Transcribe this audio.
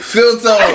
Filter